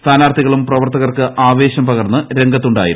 സ്ഥാനാർത്ഥികളും പ്രവർത്തകർക്ക് ആവേ ശം പകർന്ന് രംഗത്തുണ്ടായിരുന്നു